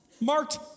marked